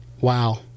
wow